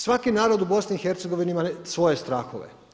Svaki narod u BIH ima svoje strahove.